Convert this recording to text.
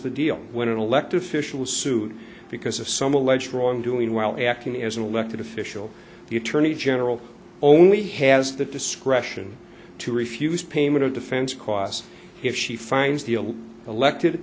seals the deal when an elected official sued because of some alleged wrongdoing while acting as an elected official the attorney general only has the discretion to refuse payment of defense costs if she finds the elected